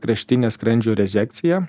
kraštinė skrandžio rezekcija